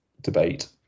debate